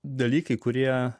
dalykai kurie